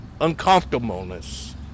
uncomfortableness